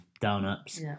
down-ups